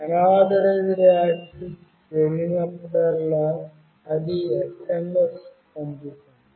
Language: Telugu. అనర్థరైజ్డ్ యాక్సిస్ జరిగినప్పుడల్లా అది SMS పంపుతుంది